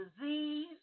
disease